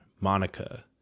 Monica